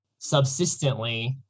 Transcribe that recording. subsistently